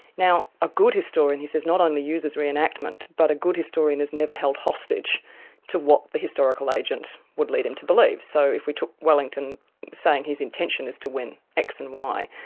now a good historian, he says, not only uses re-enactment, but a good historian is never held hostage to what the historical agent would lead him to believe. so if we took wellington saying his intention is to win x and y,